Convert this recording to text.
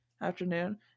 afternoon